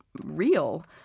real